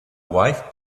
wife